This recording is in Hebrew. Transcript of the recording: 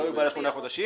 לא יוגבל לשמונה חודשים,